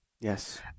Yes